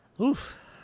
oof